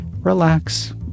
relax